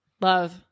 Love